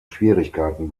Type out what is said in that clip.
schwierigkeiten